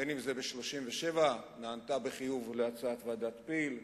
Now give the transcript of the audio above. ב-1937 נענתה בחיוב להצעת ועדת-פיל,